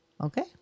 Okay